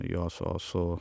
jos o su